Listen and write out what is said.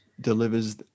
delivers